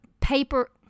paper